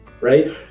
right